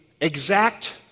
exact